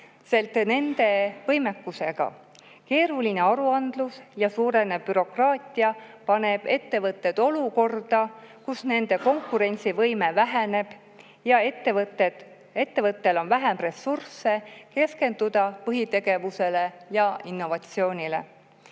nende võimekusega. Keeruline aruandlus ja suurenev bürokraatia paneb ettevõtted olukorda, kus nende konkurentsivõime väheneb ja ettevõttel on vähem ressursse keskenduda põhitegevusele ja innovatsioonile.